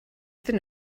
iddyn